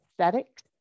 aesthetics